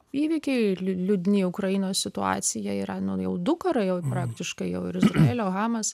įvykiai liū liūdni ukrainos situacija yra nu jau du karai praktiškai jau ir izraelio hamas